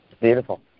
Beautiful